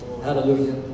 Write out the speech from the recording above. Hallelujah